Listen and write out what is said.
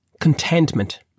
contentment